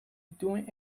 dune